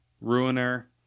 Ruiner